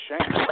shame